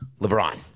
LeBron